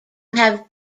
have